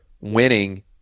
winning